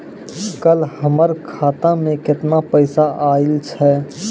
कल हमर खाता मैं केतना पैसा आइल छै?